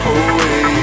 away